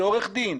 כעורך דין,